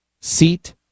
seat